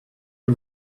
que